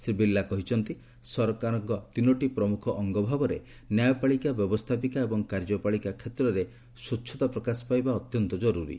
ଶ୍ରୀ ବିର୍ଲା କହିଛନ୍ତି ସରକାରର ତିନୋଟି ପ୍ରମୁଖ ଅଙ୍ଗ ଭାବରେ ନ୍ୟାୟପାଳିକ ବ୍ୟବସ୍ଥାପିକା ଏବଂ କାର୍ଯ୍ୟପାଳିକା କ୍ଷେତ୍ରରେ ସ୍ୱଚ୍ଚତା ପ୍ରକାଶ ପାଇବା ଅତ୍ୟନ୍ତ କରୁରୀ